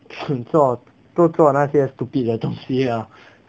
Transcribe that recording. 蠢做都做那些 stupid 的东西啦